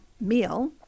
Meal